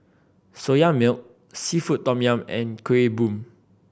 Soya Milk seafood tom yum and Kuih Bom